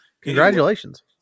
congratulations